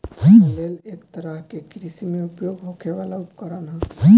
flail एक तरह के कृषि में उपयोग होखे वाला उपकरण ह